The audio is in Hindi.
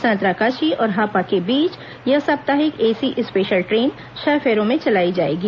सांतरागाछी और हापा के बीच यह साप्ताहिक एसी स्पेशल ट्रेन छह फेरों में चलाई जाएगी